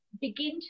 begin